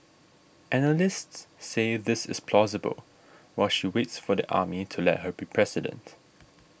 analysts say this is plausible while she waits for the army to let her be president